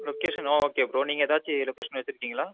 லொகேஷன்லாம் okay bro நீங்கள் ஏதாச்சும் location வெச்சுருக்கீங்களா